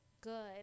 good